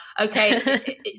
okay